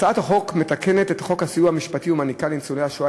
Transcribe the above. הצעת החוק מתקנת את חוק הסיוע המשפטי ומעניקה לניצולי השואה